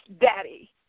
daddy